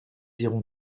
iront